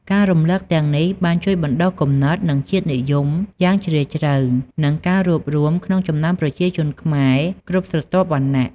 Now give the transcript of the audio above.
ការរំឭកទាំងនេះបានជួយបណ្ដុះគំនិត ជាតិនិយម យ៉ាងជ្រាលជ្រៅ និង ការរួបរួម ក្នុងចំណោមប្រជាជនខ្មែរគ្រប់ស្រទាប់វណ្ណៈ។